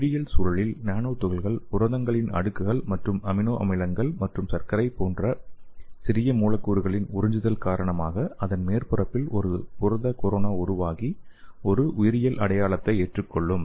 உயிரியல் சூழலில் நானோ துகள்கள் புரதங்களின் அடுக்குகள் மற்றும் அமினோ அமிலங்கள் மற்றும் சர்க்கரைகள் போன்ற சிறிய மூலக்கூறுகளின் உறிஞ்சுதல் காரணமாக அதன் மேற்பரப்பில் ஒரு புரத கொரோனா உருவாகி ஒரு உயிரியல் அடையாளத்தை ஏற்றுக்கொள்ளும்